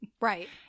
Right